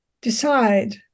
Decide